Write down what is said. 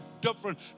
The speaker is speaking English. different